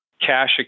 cash